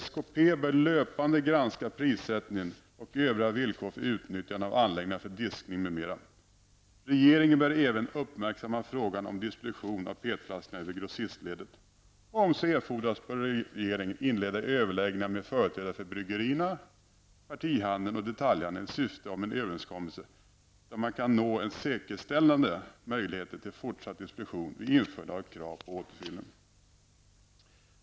SKP bör löpande granska prissättningen och övriga villkor för utnyttjande av anläggningarna för diskning m.m. Regeringen bör även uppmärksamma frågan om distribution av PET-flaskor över grossistleden. Om så erfordras bör regeringen inleda överläggningar med företrädare för bryggerierna, partihandeln och detaljhandeln i syfte att en överenskommelse kan nås som säkerställer möjligheten till fortsatt distribution vid införande av krav på återfyllning.